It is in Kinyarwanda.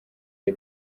the